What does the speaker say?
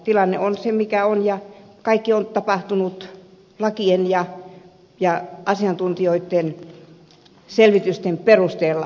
tilanne on se mikä on ja kaikki on tapahtunut lakien ja asiantuntijoitten selvitysten perusteella